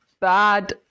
bad